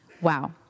Wow